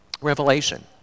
Revelation